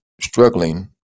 struggling